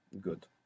Good